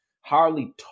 Harley